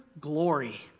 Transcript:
glory